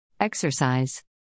exercise